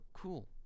cool